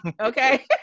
okay